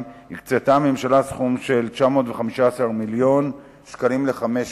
הקצתה הממשלה 915 מיליון שקלים לחמש שנים,